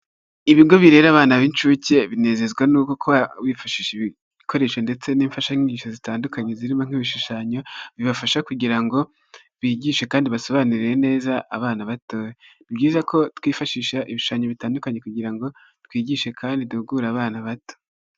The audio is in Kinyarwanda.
Ibigo bireba abana b'incuke binezezwa n'uko bifashisha ibikoresho ndetse n'imfashanyigisho zitandukanye zirimo nk'ibishushanyo, bibafasha kugira ngo bigishe kandi basobanurire neza abana bato, ni byiza ko twifashisha ibishushanyo bitandukanye kugira ngo twigishe kandi duhugure abana bato.